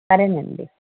సరే అండి